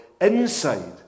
inside